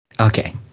Okay